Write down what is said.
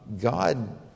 God